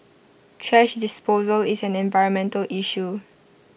thrash disposal is an environmental issue